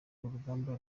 urugamba